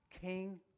King